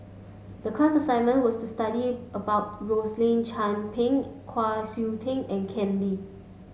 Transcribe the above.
the class assignment was to study about Rosaline Chan Pang Kwa Siew Tee and Ken Lim